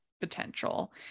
potential